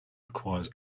requires